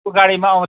उ गाडीमा आउँथ्यो